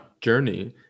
journey